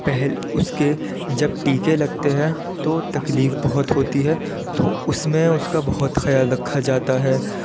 پہل اس کے جب ٹیکے لگتے ہیں تو تکلیف بہت ہوتی ہے تو اس میں اس کا بہت خیال رکھا جاتا ہے